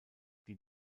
die